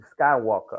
skywalker